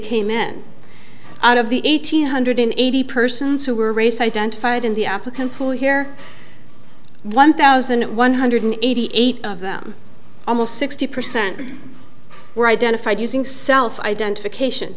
came in out of the eight hundred eighty persons who were race identified in the applicant pool here one thousand one hundred eighty eight of them almost sixty percent were identified using self identification